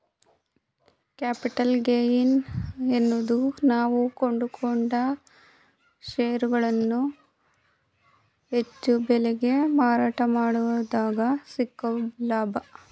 capital gain ಅನ್ನೋದು ನಾವು ಕೊಂಡುಕೊಂಡ ಷೇರುಗಳನ್ನು ಹೆಚ್ಚು ಬೆಲೆಗೆ ಮಾರಾಟ ಮಾಡಿದಗ ಸಿಕ್ಕೊ ಲಾಭ